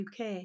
UK